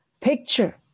picture